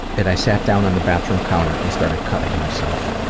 that i sat down on the bathroom counter and started cutting myself.